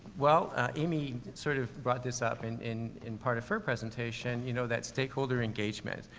well, ah, amy sort of brought this up and in. in part of her presentation, you know, that stakeholder engagement.